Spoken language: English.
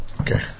Okay